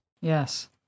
yes